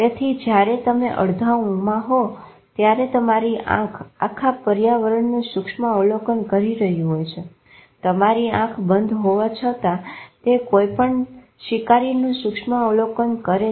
તેથી જયારે તમે અડધા ઊંઘમાં હોવ છો ત્યારે તમારી આંખ આખા પર્યાવરણનું સૂક્ષ્મ અવલોકન કરી રહ્યું હોય છે તમારી આંખો બંધ હોવા છતાં તે કોઈપણ શિકારીનું સુક્ષમ અવલોકન કરે છે